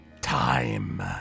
Time